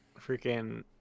freaking